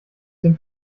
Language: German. dem